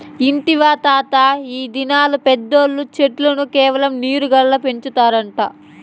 ఇంటివా తాతా, ఈ దినాల్ల పెద్దోల్లు చెట్లను కేవలం నీరు గాల్ల పెంచుతారట